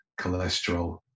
cholesterol